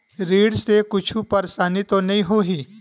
ऋण से कुछु परेशानी तो नहीं होही?